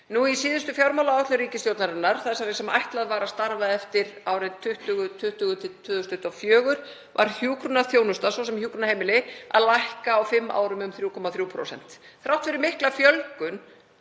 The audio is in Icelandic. Í síðustu fjármálaáætlun ríkisstjórnarinnar, þessari sem ætlunin var að starfa eftir árið 2020–2024, var hjúkrunarþjónusta, svo sem hjúkrunarheimili, að lækka á fimm árum um 3,3% þrátt fyrir mikla fjölgun